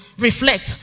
reflect